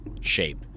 shape